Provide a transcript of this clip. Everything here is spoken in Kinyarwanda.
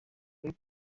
kuri